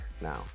now